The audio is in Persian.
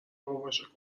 باباش